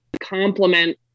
complement